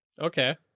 okay